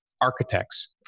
architects